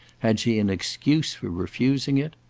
had she an excuse for refusing it?